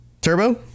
Turbo